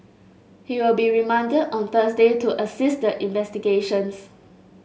he will be remanded on Thursday to assist in investigations